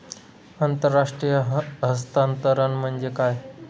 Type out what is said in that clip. आंतरराष्ट्रीय हस्तांतरण म्हणजे काय?